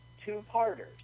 two-parters